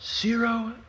Zero